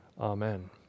Amen